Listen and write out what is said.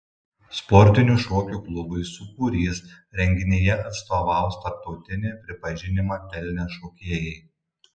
sportinių šokių klubui sūkurys renginyje atstovaus tarptautinį pripažinimą pelnę šokėjai